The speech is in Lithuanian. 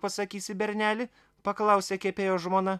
pasakysi berneli paklausė kepėjo žmona